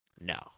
no